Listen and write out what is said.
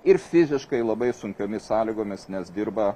ir fiziškai labai sunkiomis sąlygomis nes dirba